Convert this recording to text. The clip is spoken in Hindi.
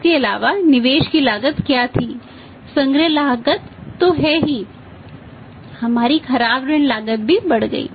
इसके अलावा निवेश की लागत क्या थी संग्रह लागत तो है ही हमारी खराब ऋण लागत भी बढ़ गई